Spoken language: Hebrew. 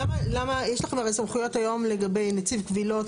הרי יש לכם סמכויות היום לגבי נציב קבילות,